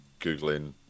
Googling